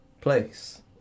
place